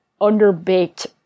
underbaked